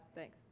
thanks.